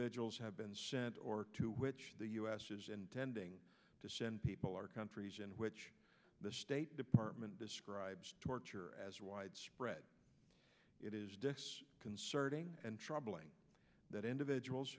vigils have been sent or to which the us is intending to send people or countries in which the state department describes torture as widespread it is concerning and troubling that individuals